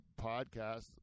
podcast